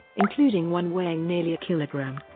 including one weighing nearly a kilogram.